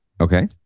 okay